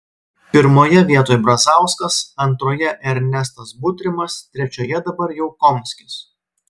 pirmoje vietoj brazauskas antroje ernestas butrimas trečioje dabar jau komskis